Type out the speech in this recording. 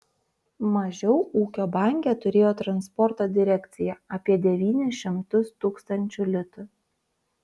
mažiau ūkio banke turėjo transporto direkcija apie devynis šimtus tūkstančių litų